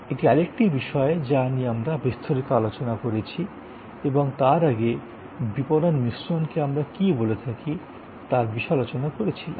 এটি আরেকটি বিষয় যা নিয়ে আমরা বিস্তারিত আলোচনা করেছি এবং তার আগে বিপণন মিশ্রণকে আমরা কী বলে থাকি তার বিষয়েও আলোচনা করেছিলাম